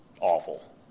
awful